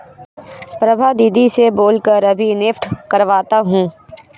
प्रभा दीदी से बोल कर अभी नेफ्ट करवाता हूं